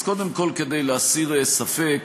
אז קודם כול, כדי להסיר ספק,